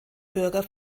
bürger